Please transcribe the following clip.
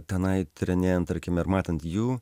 tenai tyrinėjant tarkim ir matant jų